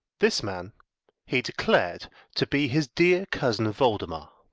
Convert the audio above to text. this man he declared to be his dear cousin voldemar,